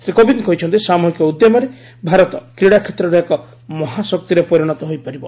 ଶ୍ରୀ କୋବିନ୍ଦ କହିଛନ୍ତି ସାମ୍ବହିକ ଉଦ୍ୟମରେ ଭାରତ କ୍ରୀଡ଼ା କ୍ଷେତ୍ରରେ ଏକ ମହାଶକ୍ତିରେ ପରିଣତ ହୋଇପାରିବ